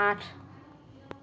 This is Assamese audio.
আঠ